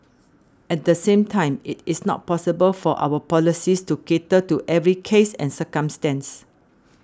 at the same time it is not possible for our policies to cater to every case and circumstance